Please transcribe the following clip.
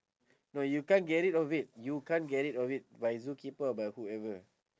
no you can't get rid of it you can't get rid of it by zookeeper or by whoever